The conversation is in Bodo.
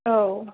औ